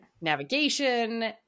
navigation